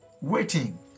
Waiting